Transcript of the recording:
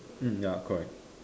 hmm ya correct